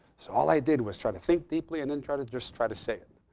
so all i did was try to think deeply and then try to just try to say it.